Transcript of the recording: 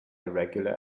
irregular